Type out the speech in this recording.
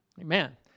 Amen